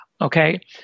okay